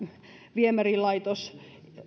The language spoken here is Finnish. viemärilaitos